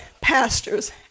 pastors